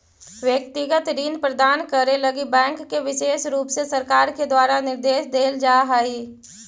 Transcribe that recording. व्यक्तिगत ऋण प्रदान करे लगी बैंक के विशेष रुप से सरकार के द्वारा निर्देश देल जा हई